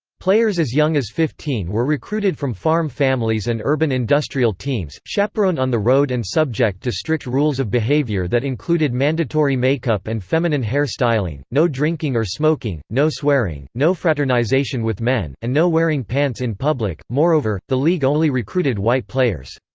players as young as fifteen were recruited from farm families and urban industrial teams, chaperoned on the road and subject to strict rules of behavior that included mandatory makeup and feminine hair styling, no drinking or smoking, no swearing, no fraternization with men, and no wearing pants in public moreover, the league only recruited white players.